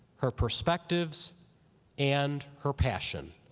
her perspectives and her passion.